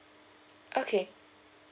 okay